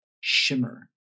shimmer